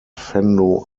venlo